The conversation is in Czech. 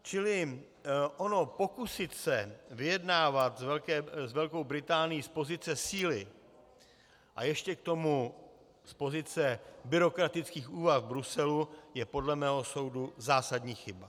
Čili ono pokusit se vyjednávat s Velkou Británií z pozice síly a ještě k tomu z pozice byrokratických úvah Bruselu, je podle mého soudu zásadní chyba.